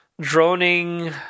droning